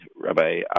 Rabbi